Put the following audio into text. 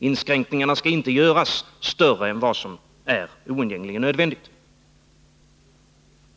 Inskränkningarna skall ju inte få göras större än vad som är oundgängligen nödvändigt.